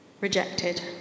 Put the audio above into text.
rejected